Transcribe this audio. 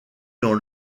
dans